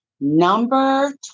Number